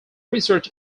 research